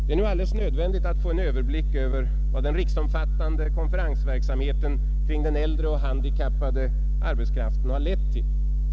Det är nu alldeles nödvändigt att få en överblick över vad den riksomfattande konferensverksamheten kring den äldre och handikappade arbetskraften har lett till.